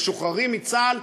משוחררים מצה"ל,